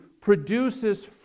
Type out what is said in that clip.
produces